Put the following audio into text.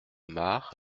mare